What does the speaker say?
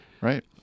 Right